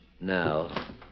Now